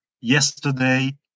Yesterday